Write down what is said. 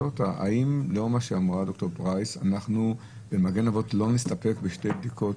האם לאור מה שאמרה דוקטור פרייס אנחנו במגן אבות לא נסתפק בשתי בדיקות?